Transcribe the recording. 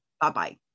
Bye-bye